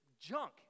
junk